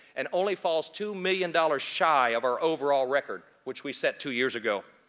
and only falls two million dollars shy of our overall record, which we set two years ago.